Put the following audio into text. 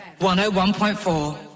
101.4